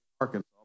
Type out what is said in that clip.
Arkansas